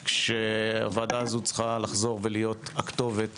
הוועדה הזו צריכה לחזור ולהיות הכתובת